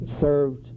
served